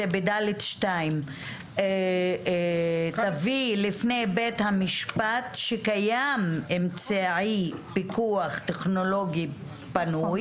ב-(ד2) "תביא לפני בית המשפט שקיים אמצעי פיקוח טכנולוגי פנוי".